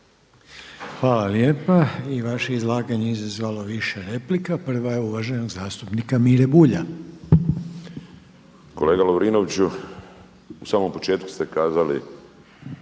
Hvala lijepa. I vaše izlaganje je izazvalo više replika. Prva je uvaženog zastupnika Mire Bulja. **Bulj, Miro (MOST)** Kolega Lovrinoviću, u samom početku ste kazali